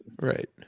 Right